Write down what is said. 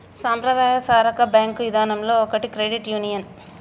సంప్రదాయ సాకార బేంకు ఇదానంలో ఒకటి క్రెడిట్ యూనియన్